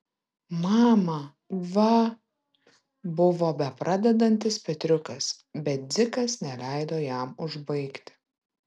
mama va buvo bepradedantis petriukas bet dzikas neleido jam užbaigti